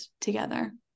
together